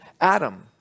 Adam